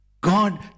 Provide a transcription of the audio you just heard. God